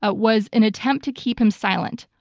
ah was an attempt to keep him silent.